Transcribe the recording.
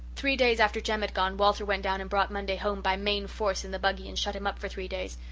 three days after jem had gone walter went down and brought monday home by main force in the buggy and shut him up for three days.